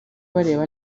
bareba